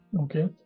Okay